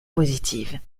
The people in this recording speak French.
positive